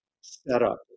setup